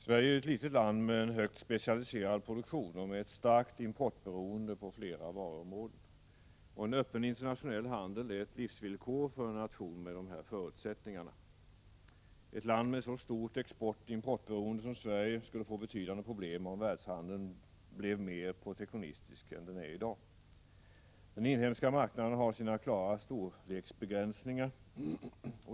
Sverige är ju ett litet land med en högt specialiserad produktion och med ett starkt importberoende på flera varuområden, och en öppen internationell handel är ett livsvillkor för ett land med dessa förutsättningar. Ett land med så stort exportoch importberoende som Sverige skulle kunna få betydande problem om världshandeln blev mer protektionistisk än den är i dag. Den inhemska marknaden har sina klara storleksbegränsningar.